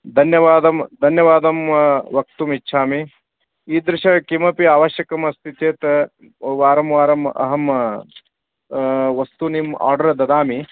धन्यवादं धन्यवादं वक्तुम् इच्छामि ईदृशं किमपि आवश्यकमस्ति चेत् वारं वारम् अहं वस्तूनाम् आर्डर् ददामि